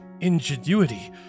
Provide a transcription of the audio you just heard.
ingenuity